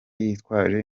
yitwaje